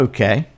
Okay